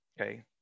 Okay